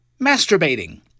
masturbating